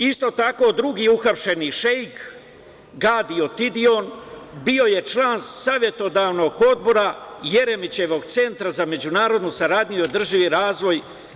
Isto tako, drugi uhapšeni šeik Gadio Tidion bio je član savetodavnog odbora Jeremićevog centra za međunarodnu saradnju i održivi razvoj.